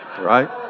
Right